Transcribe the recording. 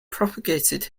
propagated